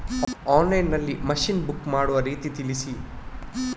Online ನಲ್ಲಿ machine book ಮಾಡುವ ರೀತಿ ತಿಳಿಸಿ?